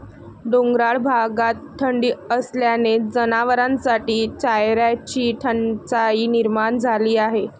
डोंगराळ भागात थंडी असल्याने जनावरांसाठी चाऱ्याची टंचाई निर्माण झाली आहे